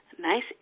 nice